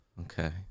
okay